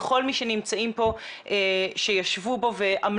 לכל מי שנמצאים פה שישבו בו ועמלו